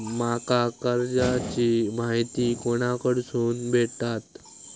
माका कर्जाची माहिती कोणाकडसून भेटात?